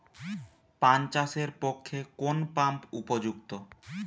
পান চাষের পক্ষে কোন পাম্প উপযুক্ত?